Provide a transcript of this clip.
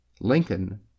Lincoln